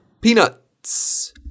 Peanuts